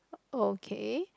okay